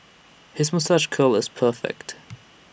his moustache curl is perfect